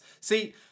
See